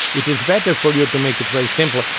it is better for you to make it very simple.